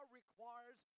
requires